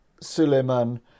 Suleiman